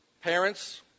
Parents